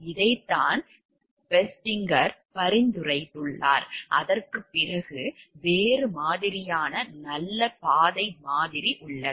இதைத்தான் ஃபெஸ்டிங்கர் பரிந்துரைத்துள்ளார் அதற்குப் பிறகு வேறு மாதிரியான நல்ல பாதை மாதிரி உள்ளது